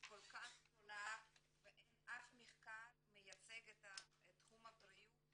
שהיא כל כך גדולה ואין אף מחקר שמייצג את תחום הבריאות